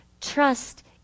Trust